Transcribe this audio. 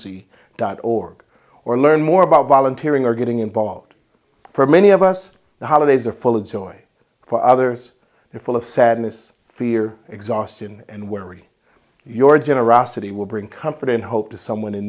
y dot org or learn more about volunteering or getting involved for many of us the holidays are full of joy for others and full of sadness fear exhaustion and worry your generosity will bring comfort and hope to someone in